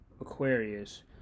Aquarius